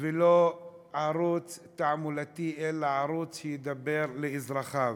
לא ערוץ תעמולתי אלא ערוץ שידבר לאזרחיו.